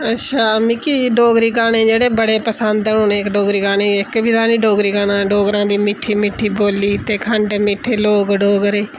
अच्छा मिकी डोगरी गाने जेह्डे़ बडे़ पसंद न डोगरी गाने जेह्के बी हैन ना इक डोगरी गाना डोगरें दी मिट्ठी मिट्ठी बोल्ली ते खंड मिट्ठे लोक डोगरे